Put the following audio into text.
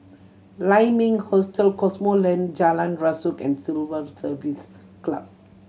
Lai Ming Hostel Cosmoland Jalan Rasok and Civil Service Club